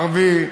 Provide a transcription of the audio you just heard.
ערבי,